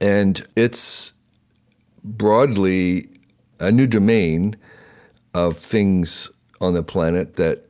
and it's broadly a new domain of things on the planet that